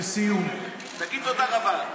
לסיום תגיד תודה רבה.